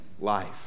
life